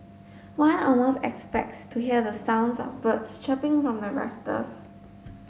one almost expects to hear the sounds of birds chirping from the rafters